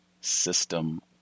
system